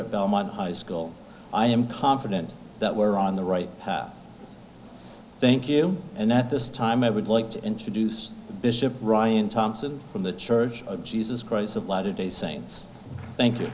at belmont high school i am confident that we are on the right path thank you and at this time i would like to introduce the bishop ryan thompson from the church of jesus christ of latter day saints thank you